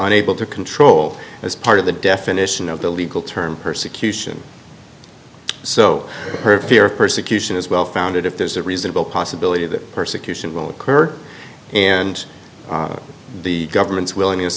unable to control as part of the definition of the legal term persecution so her fear of persecution is well founded if there's a reasonable possibility that persecution will occur and the government's willingness